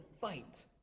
fight